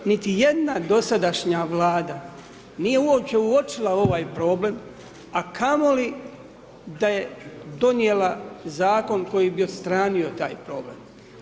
Niti jedna dosadašnja vlada nije uopće uočila ovaj problem, a kamoli da je donijela zakon koji bi odstranio taj problem.